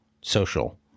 social